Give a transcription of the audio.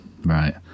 right